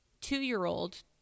two-year-old